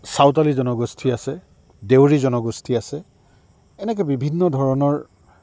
চাওতালী জনগোষ্ঠী আছে দেউৰী জনগোষ্ঠী আছে এনেকে বিভিন্ন ধৰণৰ